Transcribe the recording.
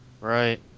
Right